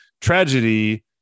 tragedy